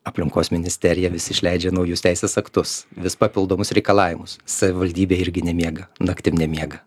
aplinkos ministerija vis išleidžia naujus teisės aktus vis papildomus reikalavimus savivaldybė irgi nemiega naktim nemiega